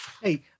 Hey